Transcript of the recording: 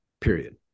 period